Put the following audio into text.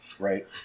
Right